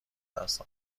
دست